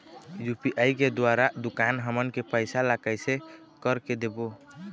UPI के द्वारा दुकान हमन के पैसा ला कैसे कर के देबो?